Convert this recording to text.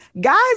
guys